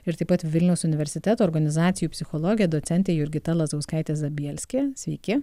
ir taip pat vilniaus universiteto organizacijų psichologė docentė jurgita lazauskaitė zabielskė sveiki